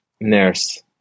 nurse